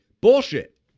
bullshit